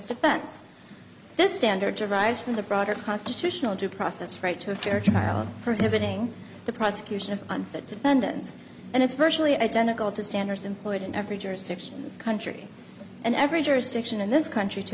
defense this standard derives from the broader constitutional due process right to a church prohibiting the prosecution of the defendants and it's virtually identical to standards employed in every jurisdiction in this country and every jurisdiction in this country to